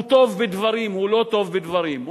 הוא טוב בדברים, הוא לא טוב בדברים.